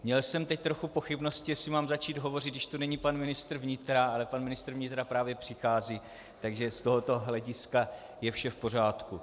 Měl jsem teď trochu pochybnosti, jestli mám začít hovořit, když tu není pan ministr vnitra, ale pan ministr vnitra právě přichází, takže z tohoto hlediska je vše v pořádku.